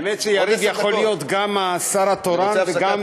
האמת שיריב יכול להיות גם השר התורן וגם היושב-ראש.